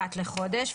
אחת לחודש,